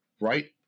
right